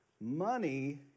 Money